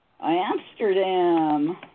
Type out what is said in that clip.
Amsterdam